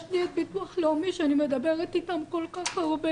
יש לי את הביטוח הלאומי שאני מדברת איתם כל כך הרבה